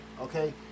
okay